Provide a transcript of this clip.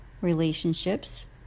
relationships